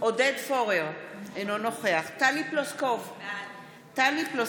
עודד פורר, אינו נוכח טלי פלוסקוב, בעד